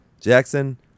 Jackson